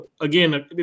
again